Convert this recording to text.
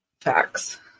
Facts